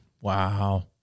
Wow